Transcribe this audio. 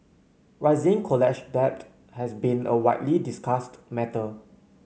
rising college debt has been a widely discussed matter